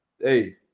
Hey